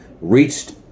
reached